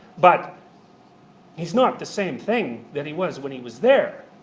but he's not the same thing that he was when he was there.